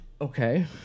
Okay